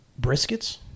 briskets